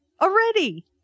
Already